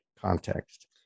context